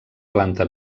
planta